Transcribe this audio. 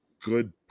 good